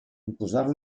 imposar